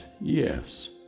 yes